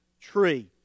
tree